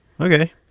okay